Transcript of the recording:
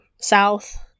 south